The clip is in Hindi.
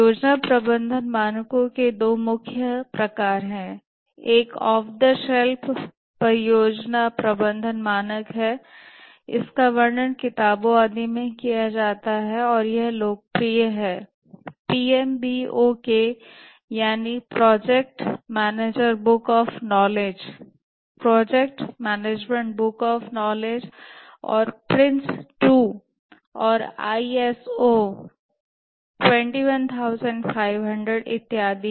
परियोजना प्रबंधन मानकों के 2 मुख्य प्रकार हैं एक ऑफ द शेल्फ परियोजना प्रबंधन मानक हैं इनका वर्णन किताबों आदि में किया जाता है और यहाँ पर लोकप्रिय हैं PMBOK यानी project manager book of knowledge project management book of knowledge और PRINCE2 और आईएसओ 21500 इत्यादि